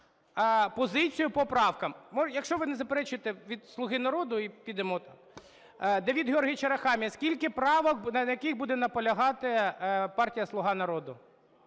позицію по правкам. Якщо ви не заперечуєте, від "Слуги народу", і підемо… Давид Георгійович Арахамія. Скільки правок на яких буде наполягати партія "Слуга народу"?